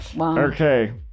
Okay